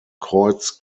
kreuz